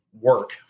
work